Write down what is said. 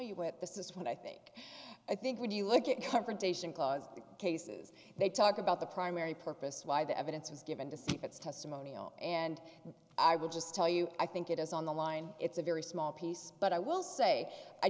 you what this is what i think i think when you look at confrontation clause cases they talk about the primary purpose why the evidence was given to see if it's testimonial and i will just tell you i think it is on the line it's a very small piece but i will say i